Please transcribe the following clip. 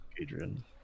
Adrian